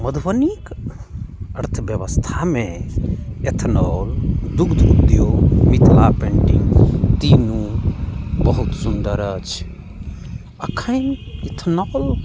मधुबनीक अर्थव्यवस्थामे इथेनॉल दुग्ध उद्योग मिथिला पैन्टिंग तीनू बहुत सुन्दर अछि एखन इथेनॉल